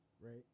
right